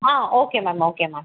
ah okay ma'am okay ma'am